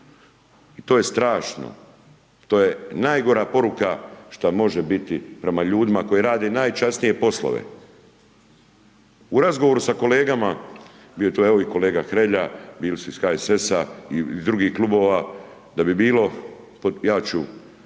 To je strašno, to je najgora poruka, šta može biti prema ljudima koji rade najčasnije poslove. U razgovorima sa kolegama, bio je tu evo kolega Hrelja, bili su iz HSS-a i drugih klubova, da bi bilo, ja ću